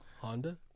Honda